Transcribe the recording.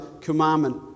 commandment